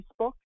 Facebook